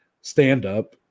stand-up